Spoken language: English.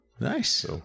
Nice